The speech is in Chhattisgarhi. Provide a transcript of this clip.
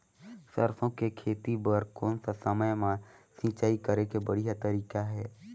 सरसो के खेती बार कोन सा समय मां सिंचाई करे के बढ़िया तारीक हे?